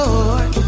Lord